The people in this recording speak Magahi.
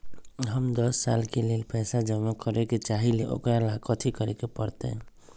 हम दस साल के लेल पैसा जमा करे के चाहईले, ओकरा ला कथि करे के परत?